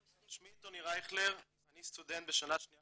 שמי טוני רייכלר, אני סטודנט בשנה שניה